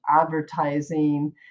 advertising